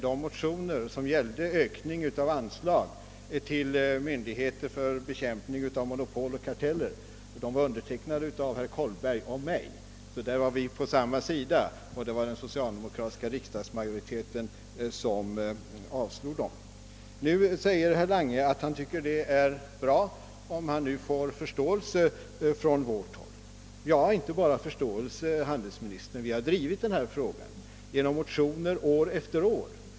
De motioner som gällde ökade anslag till myndigheterna för bekämpning av monopol och karteller var undertecknade av herr Kollberg och mig, som alltså stod på samma sida, och det var den socialdemokratiska riksdagsmajoriteten som avslog motionerna. Nu säger herr Lange att han tycker det är bra om han här får förståelse från vårt håll. Inte bara förståelse, herr handelsminister, vi har drivit denna fråga genom motioner år efter år.